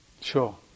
Sure